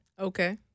Okay